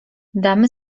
damy